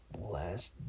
last